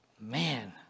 man